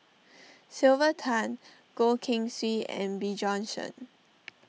Sylvia Tan Goh Keng Swee and Bjorn Shen